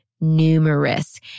numerous